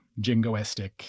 jingoistic